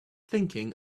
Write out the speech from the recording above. thinking